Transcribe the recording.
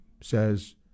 says